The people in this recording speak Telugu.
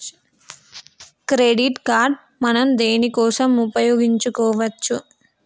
క్రెడిట్ కార్డ్ మనం దేనికోసం ఉపయోగించుకోవచ్చు?